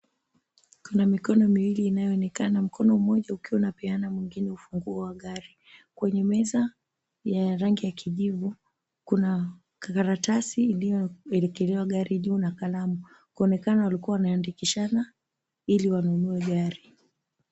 Kuna mikono miwili inayoonekana mkono mmoja ukiwa unapeana mwingine funguo ya gari kwenye meza ya rangi ya kijivu kuna karatasi iliyoekelewa gari juu na kalamu inaonekana walikua wameandikishana ili wanunue gari.